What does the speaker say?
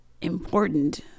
important